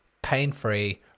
pain-free